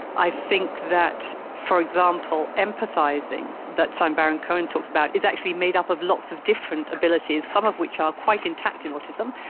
i think that, for example, empathising that simon baron-cohen talks about is actually made up of lots of different abilities, some of which are quite intact in autism,